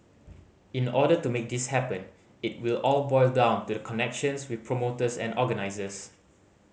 in order to make this happen it will all boil down to the connections with promoters and organisers